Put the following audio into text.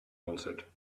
answered